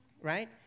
right